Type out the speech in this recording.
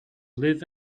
live